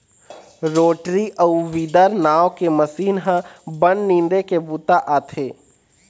rotary अउ weeder नांव के मसीन ह बन निंदे के बूता आथे